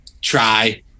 try